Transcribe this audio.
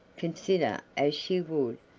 consider as she would,